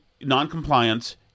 noncompliance